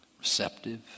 receptive